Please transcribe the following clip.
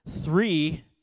Three